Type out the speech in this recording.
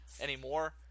anymore